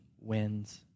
wins